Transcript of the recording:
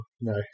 No